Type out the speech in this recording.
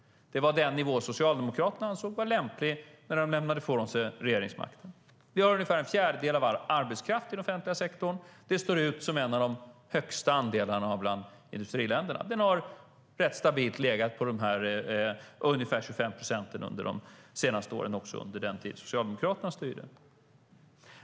Det var den nivå som Socialdemokraterna ansåg var lämplig när de lämnade ifrån sig regeringsmakten. Sverige har ungefär en fjärdedel av all arbetskraft i den offentliga sektorn, vilket står ut som en av de högsta andelarna bland industriländerna. Den har rätt stabilt legat på ungefär 25 procent under de senaste åren, också under den tid då Socialdemokraterna styrde.